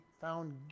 found